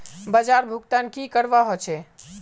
बाजार भुगतान की करवा होचे?